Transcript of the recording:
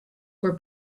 were